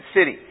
city